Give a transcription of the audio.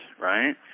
right